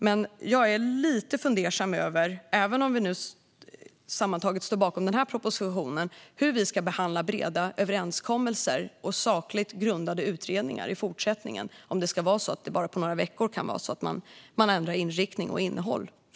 Men jag är lite fundersam över, även om vi nu sammantaget står bakom den här propositionen, hur vi ska behandla breda överenskommelser och sakligt grundade utredningar i fortsättningen om de partier som vi samarbetar med i de här frågorna på bara några veckor kan ändra inriktning och innehåll.